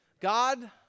God